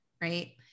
right